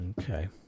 Okay